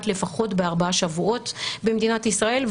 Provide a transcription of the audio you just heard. לפחות בארבעה שבועות במדינת ישראל,